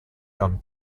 done